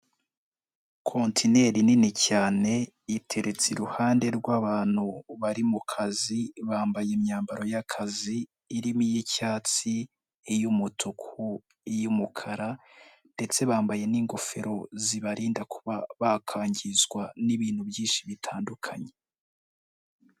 Kontineri nini cyane, iteretse iruhande rw'abantu bari mu kazi, bambaye imyambaro y'akazi, irimo iy'icyatsi, iy'umutuku, iy'umukara ndetse bambaye n'ingofero zibarinda kuba bakangizwa n'ibintu byinshi bitandukanye.